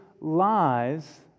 lies